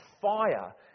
fire